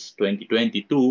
2022